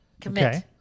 commit